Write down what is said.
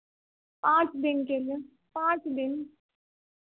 पाँच दिन के लिए पाँच दिन